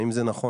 האם זה נכון?